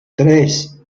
tres